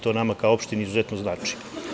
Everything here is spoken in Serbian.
To nama kao opštini izuzetno znači.